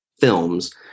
films